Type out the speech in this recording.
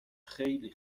خیلی